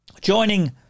Joining